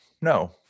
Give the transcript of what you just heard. No